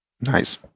Nice